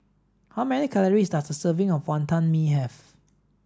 how many calories does a serving of Wonton Mee have